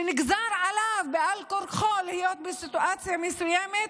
שנגזר עליו בעל כורחו להיות בסיטואציה מסוימת,